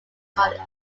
college